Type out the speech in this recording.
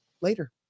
later